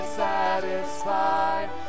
satisfied